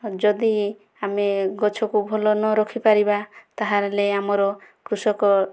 ଯଦି ଆମେ ଗଛକୁ ଭଲ ନ ରଖିପାରିବା ତାହେଲେ ଆମର କୃଷକ